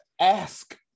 ask